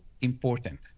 important